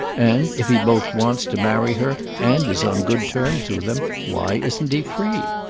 and if he both wants to marry her and is on good terms with them why isn't he free?